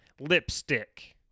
Lipstick